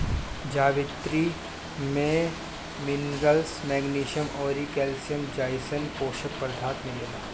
जावित्री में minerals, magnesium अउरी कैल्शियम जइसन पोषक पदार्थ मिलेला